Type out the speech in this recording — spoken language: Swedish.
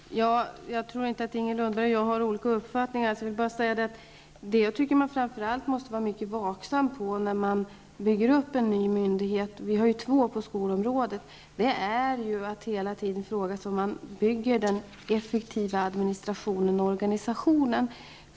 Herr talman! Jag tror inte att Inger Lundberg och jag har olika uppfattningar. Jag vill bara säga att man framför allt måste vara mycket vaksam när man bygger upp en ny myndighet -- vi har nu två på skolområdet -- och hela tiden fråga sig om man bygger upp en effektiv administration och organisation.